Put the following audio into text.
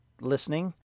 listening